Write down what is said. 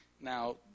Now